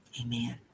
Amen